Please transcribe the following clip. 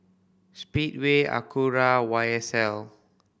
Speedway Acura Y S L